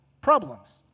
problems